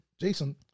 Jason